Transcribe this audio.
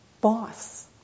boss